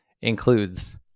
includes